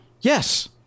Yes